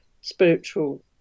spiritual